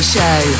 Show